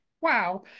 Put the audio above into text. wow